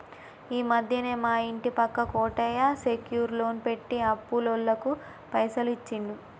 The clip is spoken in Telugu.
ఈ మధ్యనే మా ఇంటి పక్క కోటయ్య సెక్యూర్ లోన్ పెట్టి అప్పులోళ్లకు పైసలు ఇచ్చిండు